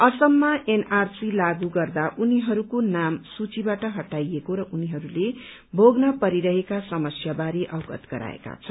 असममा एनआरसी लागू गर्दा उनीहरूको नाम सूचीबाट हटाइएको र उनीहरूले भोग्न परिरहेका समस्या बारे अवगत गराएका छन्